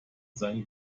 seine